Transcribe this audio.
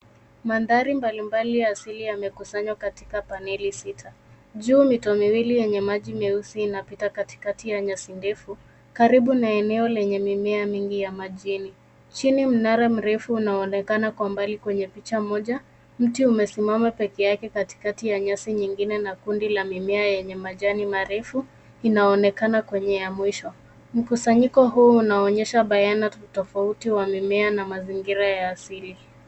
Mandhari mbalimbali ya asili yamekusanywa katika paneli sita. Juu mito miwili yenye maji meusi inapita katikati ya nyasi ndefu karibu na eneo lenye mimea mingi ya majini. Chini mnara mrefu unaonekana kwa mbali kwenye picha moja. Mti umesimama peke yake katikati ya nyasi nyingine na kundi la mimea yenye majani marefu inaonekana kwenye ya mwisho. Mkusanyiko huu unaonyesha bayana tofauti wa mimea na mazingira ya asili.